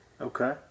Okay